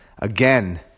Again